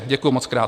Děkuju mockrát.